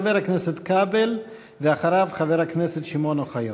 חבר הכנסת כבל, ואחריו, חבר הכנסת שמעון אוחיון.